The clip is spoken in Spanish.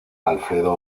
alfredo